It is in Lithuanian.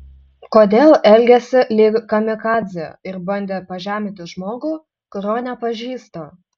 kodėl elgėsi lyg kamikadzė ir bandė pažeminti žmogų kurio nepažįsta